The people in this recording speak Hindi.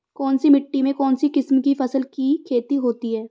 कौनसी मिट्टी में कौनसी किस्म की फसल की खेती होती है?